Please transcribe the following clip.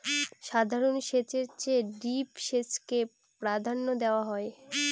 সাধারণ সেচের চেয়ে ড্রিপ সেচকে প্রাধান্য দেওয়া হয়